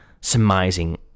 surmising